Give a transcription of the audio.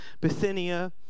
Bithynia